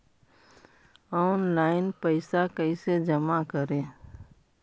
Online पैसा कैसे जमा करे?